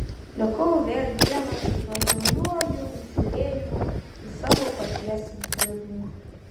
likau vėl vienas su tuo žiauriuoju žiūrėjimu į savo paties vidų